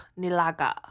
nilaga